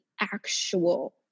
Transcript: actual